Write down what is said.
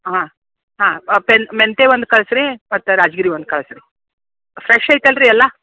ಹಾಂ ಹಾಂ ಪೆನ್ ಮೆಂತೆ ಒಂದು ಕಳ್ಸಿ ರೀ ಮತ್ತು ರಾಜಗಿರಿ ಒಂದು ಕಳ್ಸಿ ರೀ ಫ್ರೆಶ್ ಐತಲ್ರಿ ಎಲ್ಲ